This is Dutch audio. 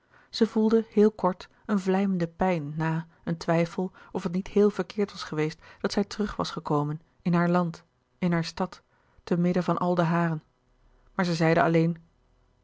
zij voelde heel kort een vlijmende pijn na een twijfel of het niet heel verkeerd was geweest dat zij terug was gekomen in haar land in haar stad te midden van al de haren maar zij zeide alleen